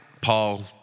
Paul